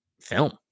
film